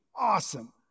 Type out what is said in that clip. awesome